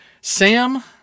Sam